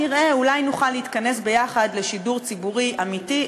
נראה אולי נוכל להתכנס ביחד לשידור ציבורי אמיתי,